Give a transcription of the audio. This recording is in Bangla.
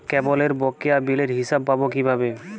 কেবলের বকেয়া বিলের হিসাব পাব কিভাবে?